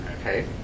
okay